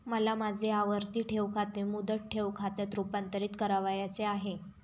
मला माझे आवर्ती ठेव खाते मुदत ठेव खात्यात रुपांतरीत करावयाचे आहे